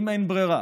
אם אין ברירה,